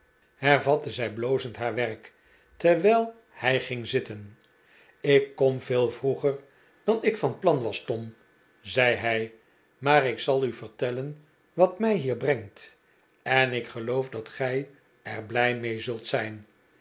hervatte zij blozend haar werk terwijlhij gin g zitten ik kom veel vroeger dan ik van plan was tom zei hij maar ik zal u vertellen wat mij hier brengt en ik geloof dat gij er blij mee zult zijn